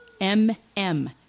M-M